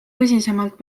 tõsisemalt